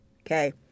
Okay